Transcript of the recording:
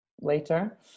later